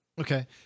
Okay